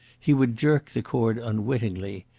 he would jerk the cord unwittingly.